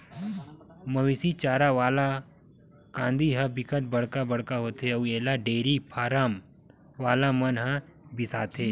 मवेशी चारा वाला कांदी ह बिकट बड़का बड़का होथे अउ एला डेयरी फारम वाला मन ह बिसाथे